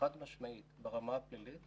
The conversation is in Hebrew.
חד משמעית ברמה הפלילית